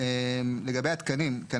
לגבי התקנים בהקשר הזה.